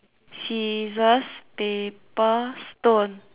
scissors paper stone